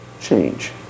change